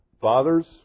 fathers